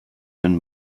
mein